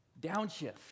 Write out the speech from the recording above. downshift